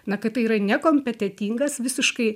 na kad tai yra nekompetentingas visiškai